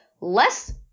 less